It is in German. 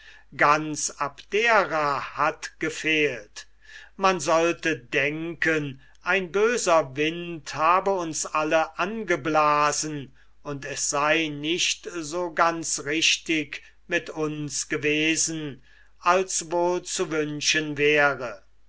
ganz abdera hat gefehlt man sollte denken ein böser wind habe uns alle angeblasen und es sei nicht so ganz richtig mit uns gewesen als wohl zu wünschen wäre